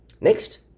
Next